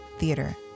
theater